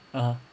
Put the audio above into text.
(uh huh)